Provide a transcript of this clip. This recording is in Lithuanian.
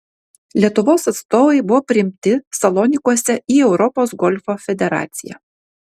lietuvos atstovai buvo priimti salonikuose į europos golfo federaciją